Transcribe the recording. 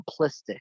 simplistic